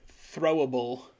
throwable